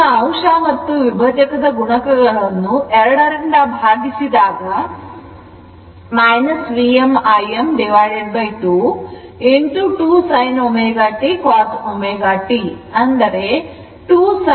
ಈಗ ಅಂಶ ಮತ್ತು ವಿಭಜಕದ ಗುಣಕವನ್ನು ಎರಡರಿಂದ ಭಾಗಿಸಿದಾಗ Vm Im2 2 sin ω t cos ω ಅಂದರೆ 2 sin cos sin 2 ಆಗುತ್ತದೆ